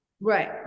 right